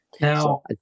Now